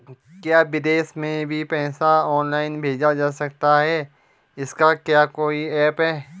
क्या विदेश में भी पैसा ऑनलाइन भेजा जा सकता है इसका क्या कोई ऐप है?